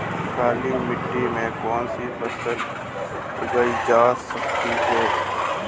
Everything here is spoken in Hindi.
काली मिट्टी में कौनसी फसलें उगाई जा सकती हैं?